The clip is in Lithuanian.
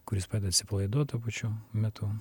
kuris padeda atsipalaiduot tuo pačiu metu